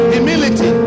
Humility